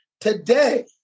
today